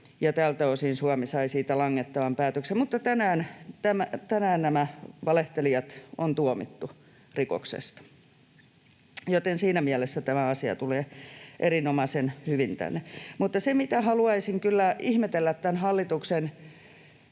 tältä osin Suomi sai siitä langettavan päätöksen. Tänään nämä valehtelijat on tuomittu rikoksesta, joten siinä mielessä tämä asia tulee erinomaisen hyvin tänne. Se, mitä haluaisin kyllä ihmetellä tämän hallituksen